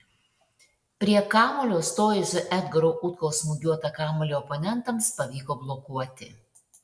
prie kamuolio stojusio edgaro utkaus smūgiuotą kamuolį oponentams pavyko blokuoti